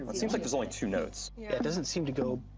but seems like there's only two notes. yeah, it doesn't seem to go